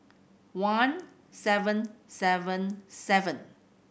one seven seven seven